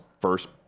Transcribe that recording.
first